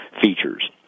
features